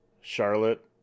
Charlotte